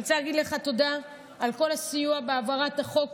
אני רוצה להגיד לך תודה על כל הסיוע בהעברת החוק,